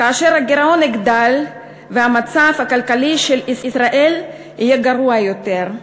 כאשר הגירעון יגדל והמצב הכלכלי של ישראל יהיה גרוע יותר.